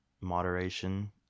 moderation